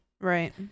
Right